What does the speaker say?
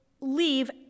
leave